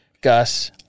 Gus